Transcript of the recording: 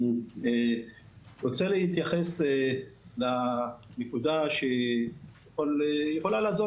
אני רוצה להתייחס לנקודה שיכולה לעזור